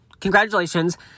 congratulations